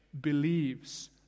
believes